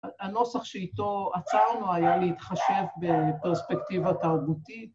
‫הנוסח שאיתו עצרנו היה להתחשב ‫בפרספקטיבה תרבותית.